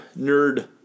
nerd